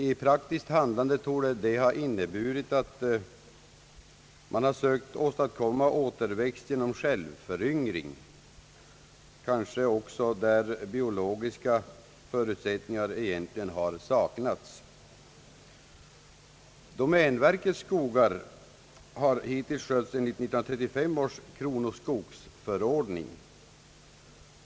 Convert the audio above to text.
I praktiken torde detta ha inneburit att man sökt åstadkomma återväxt genom självföryngring, kanske även på områden där biologiska förutsättningar härför egentligen saknas. Domänverkets skogar har hittills skötts enligt 1933 års kronoskogsförordning.